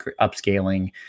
upscaling